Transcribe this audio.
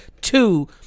Two